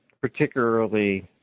particularly